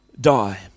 die